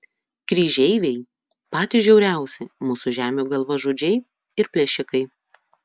kryžeiviai patys žiauriausi mūsų žemių galvažudžiai ir plėšikai